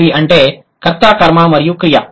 SOV అంటే కర్త కర్మ మరియు క్రియ